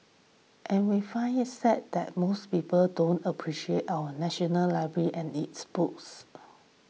and we find it sad that most people don't appreciate our national library and its books